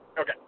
Okay